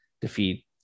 defeat